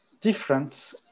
different